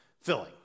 filling